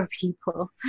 people